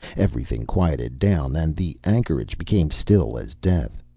everything quieted down and the anchorage became still as death.